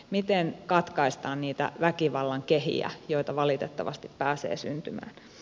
miten katkaistaan niitä väkivallan kehiä joita valitettavasti pääsee syntymään